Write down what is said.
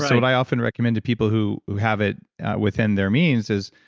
so but i often recommend to people who who have it within their means is,